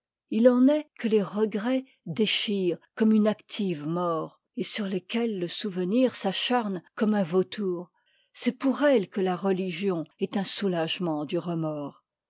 il en est que les regrets déchirent comme une active mort et sur lesquelles le souvenir s'acharne comme un vautour c'est pour elles que la religion est un soulagement du remords